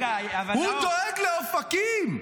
הוא דואג לאופקים?